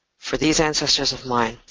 for these ancestors of mine,